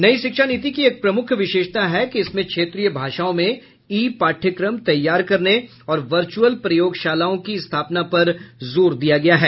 नई शिक्षा नीति की एक प्रमुख विशेषता है कि इसमें क्षेत्रीय भाषाओं में ई पाठ्यक्रम तैयार करने और वर्चुअल प्रयोगशालाओं की स्थापना पर जोर दिया गया है